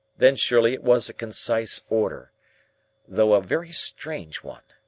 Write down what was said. then surely it was a concise order though a very strange one.